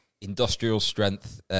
industrial-strength